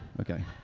Okay